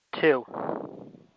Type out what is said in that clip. Two